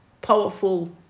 powerful